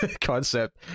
concept